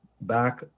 back